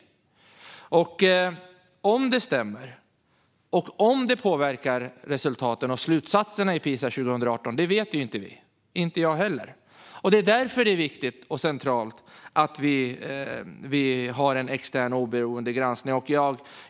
Om det stämmer och om det påverkar resultaten och slutsatserna i PISA 2018, det vet inte vi - inte heller jag. Det är därför viktigt och centralt att vi har en extern oberoende granskning.